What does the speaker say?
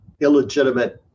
illegitimate